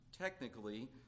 technically